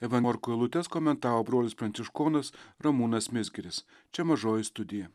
eva morkų eilutes komentavo brolis pranciškonas ramūnas mizgiris čia mažoji studija